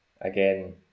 Again